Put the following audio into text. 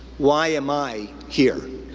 why am i here?